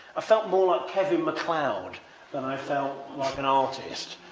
ah felt more like kevin macleod than i felt like an artist.